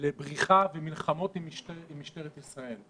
לבריחה ומלחמות עם משטרת ישראל.